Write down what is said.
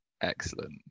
Excellent